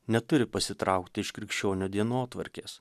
neturi pasitraukti iš krikščionio dienotvarkės